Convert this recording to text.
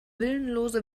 willenlose